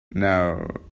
now